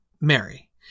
Mary